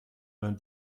vingt